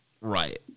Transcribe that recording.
Right